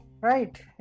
Right